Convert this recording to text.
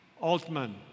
Altman